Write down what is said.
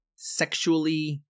sexually